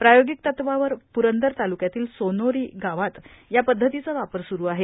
प्रायोगिक तत्वावर प्रंदर ताल्क्यातील सोनोरी गावात या पद्धतीचा वापर स्रु आहे